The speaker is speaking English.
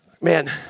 man